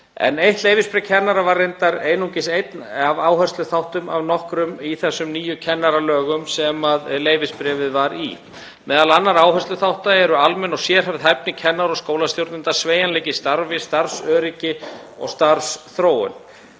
Eitt leyfisbréf kennara var reyndar einungis einn áhersluþátta af nokkrum í þessum nýju kennararlögum sem leyfisbréfið var í. Meðal annarra áhersluþátta eru almenn og sérhæfð hæfni kennara og skólastjórnenda, sveigjanleiki í starfi, starfsöryggi og starfsþróun.